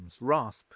rasp